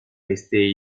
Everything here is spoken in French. resté